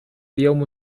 اليوم